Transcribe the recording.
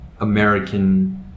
American